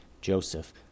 joseph